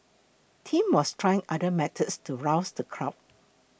tim was trying other methods to rouse the crowd